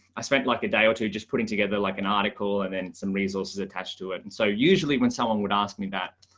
i spent like a day or two just putting together like an article and then some resources attached to it. and so usually when someone would ask me that,